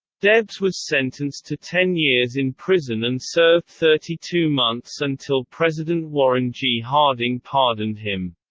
debs was sentenced to ten years in prison and served thirty two months until president warren g. harding pardoned him.